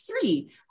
three